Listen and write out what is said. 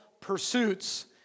Pursuits